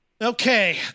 Okay